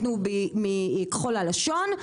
מתו מכחול הלשון,